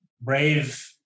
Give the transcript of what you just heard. brave